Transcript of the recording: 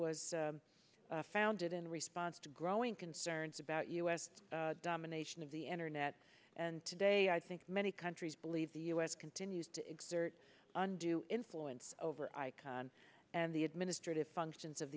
was founded in response to growing concerns about u s domination of the internet and today i think many countries believe the u s continues to exert undo influence over icon and the administrative functions of